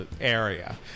area